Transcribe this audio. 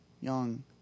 young